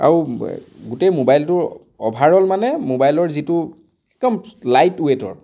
আৰু গোটেই মোবাইলটোৰ অ'ভাৰঅল মানে মোবাইলৰ যিটো একদম লাইট ৱেইটৰ